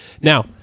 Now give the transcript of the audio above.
Now